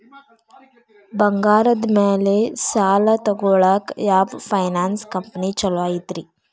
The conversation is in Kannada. ಬಂಗಾರದ ಮ್ಯಾಲೆ ಸಾಲ ತಗೊಳಾಕ ಯಾವ್ ಫೈನಾನ್ಸ್ ಕಂಪನಿ ಛೊಲೊ ಐತ್ರಿ?